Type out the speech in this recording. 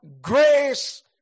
grace